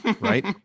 Right